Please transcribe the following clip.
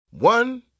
One